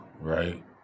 right